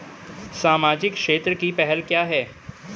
सामाजिक क्षेत्र की पहल क्या हैं?